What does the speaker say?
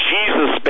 Jesus